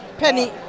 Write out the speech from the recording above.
Penny